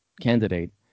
candidate